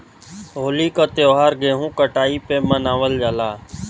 होली क त्यौहार गेंहू कटाई पे मनावल जाला